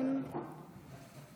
בינתיים זה מבוטל,